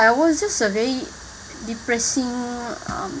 I was just a very depressing uh